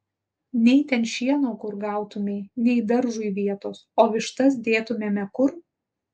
nei ten šieno kur gautumei nei daržui vietos o vištas dėtumėme kur